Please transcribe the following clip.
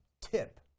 Tip